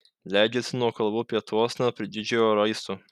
leidžiasi nuo kalvų pietuosna prie didžiojo raisto